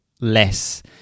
less